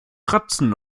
ratzen